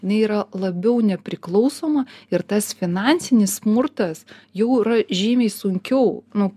jinai yra labiau nepriklausoma ir tas finansinis smurtas jau yra žymiai sunkiau nu